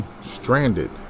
stranded